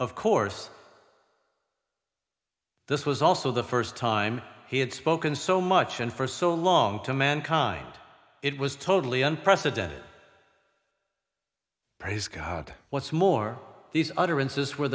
of course this was also the st time he had spoken so much and for so long to mankind it was totally unprecedented praise god what's more these utterances were